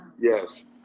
Yes